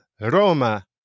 Roma